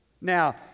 now